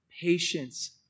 patience